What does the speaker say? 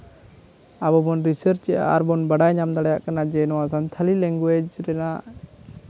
ᱟᱵᱚ ᱵᱚᱱ ᱨᱤᱥᱟᱨᱮᱜᱼᱟ ᱟᱨᱵᱚᱱ ᱵᱟᱲᱟᱭ ᱧᱟᱢ ᱫᱟᱲᱮᱭᱟᱜ ᱠᱟᱱᱟ ᱡᱮ ᱱᱚᱣᱟ ᱥᱟᱱᱛᱷᱟᱞᱤ ᱞᱮᱝᱜᱩᱭᱮᱡᱽ ᱨᱮᱱᱟᱜ